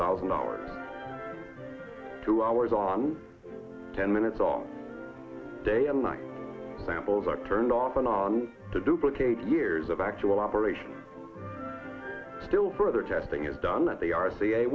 thousand hours two hours on ten minutes all day and night samples are turned off and on to duplicate years of actual operation still further testing is done at the r c